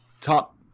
top